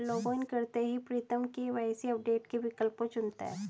login करते ही Pritam KYC update के विकल्प को चुनता है